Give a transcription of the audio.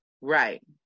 Right